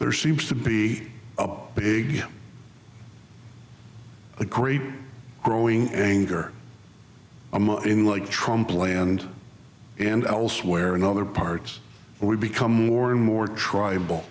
there seems to be a big a great growing anger in like trump land and elsewhere in other parts we become more and more tribal